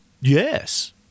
Yes